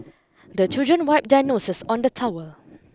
the children wipe their noses on the towel